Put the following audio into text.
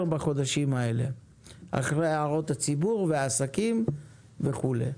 בחודשים האלה אחרי הערות הציבור והעסקים וכדומה.